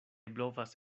blovas